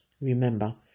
Remember